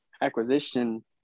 acquisition